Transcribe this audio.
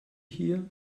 hier